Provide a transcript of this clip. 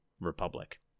Republic